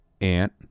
Ant